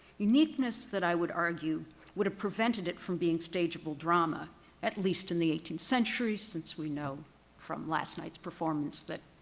uniqueness that i would argue would have prevented it from being stageable drama at least in the eighteenth century since we know from last night's performance that